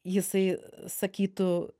jisai sakytų